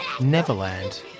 Neverland